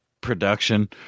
production